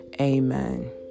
Amen